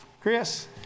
Chris